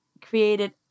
created